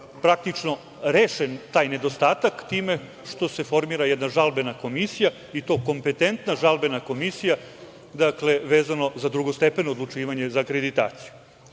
praktično rešen taj nedostatak time što se formira jedna žalbena komisija, i to kompetentna žalbena komisija, dakle, vezano za drugostepeno odlučivanje za akreditaciju. Postoji